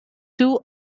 two